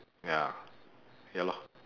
ya ya lor